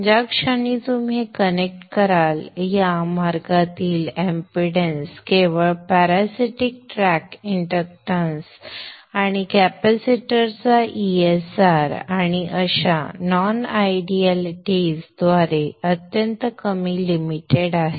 ज्या क्षणी तुम्ही हे कनेक्ट कराल या मार्गातील एमपीडन्स केवळ पॅरासिटीक ट्रॅक इंडक्टन्स आणि कॅपेसिटरचा ESR आणि अशा नॉन आयडियालिटिज द्वारे अत्यंत कमी लिमिटेड आहे